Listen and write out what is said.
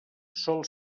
sol